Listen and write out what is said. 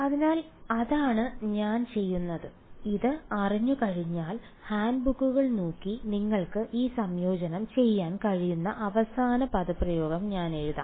അതിനാൽ അതാണ് ഞാൻ ചെയ്യുന്നത് ഇത് അറിഞ്ഞുകഴിഞ്ഞാൽ ഹാൻഡ്ബുക്കുകൾ നോക്കി നിങ്ങൾക്ക് ഈ സംയോജനം ചെയ്യാൻ കഴിയുന്ന അവസാന പദപ്രയോഗം ഞാൻ എഴുതും